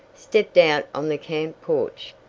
stepped out on the camp porch.